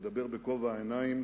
לדבר בגובה העיניים